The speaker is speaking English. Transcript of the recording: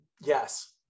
Yes